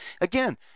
Again